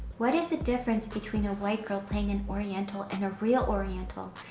what is the difference between a white girl playing an oriental and a real oriental,